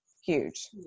huge